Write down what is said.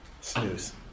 Snooze